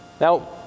Now